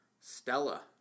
Stella